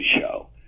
Show